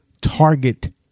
target